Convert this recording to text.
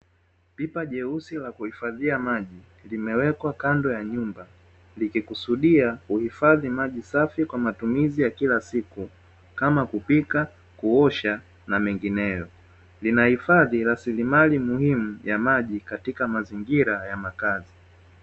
Pipa jeusi la kuhifadhia maji limewekwa kando ya nyumba, likikusudia kuhifadhi maji safi kwa matumizi ya kila siku kama kupika, kuosha na mengineyo. Linahifadhi rasilimali muhimu ya maji katika mazingira ya makazi.